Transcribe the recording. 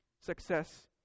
Success